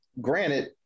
granted